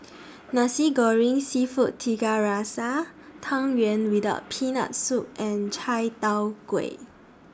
Nasi Goreng Seafood Tiga Rasa Tang Yuen without Peanut Soup and Chai Tow Kuay